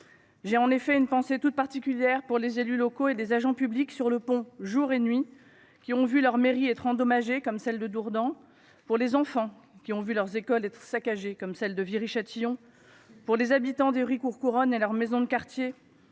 J’ai une pensée toute particulière pour les élus locaux et les agents publics, sur le pont jour et nuit, qui ont vu leurs mairies endommagées, comme celle de Dourdan ; pour les enfants qui ont vu leurs écoles saccagées, comme celle de Viry Châtillon ; pour les habitants d’Évry Courcouronnes et leur maison de quartier